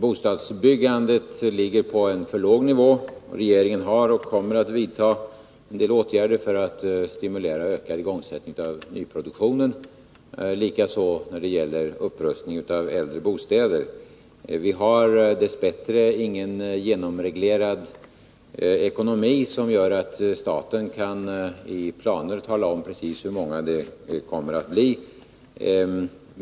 Bostadsbyggandet ligger på en för låg nivå. Regeringen har vidtagit och kommer att vidta en del åtgärder för att stimulera ökad igångsättning av nyproduktionen, likaså när det gäller upprustning av äldre bostäder. Vi har dess bättre ingen genomreglerad ekonomi, som gör att staten i planer kan tala om precis hur stor omfattningen blir.